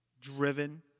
driven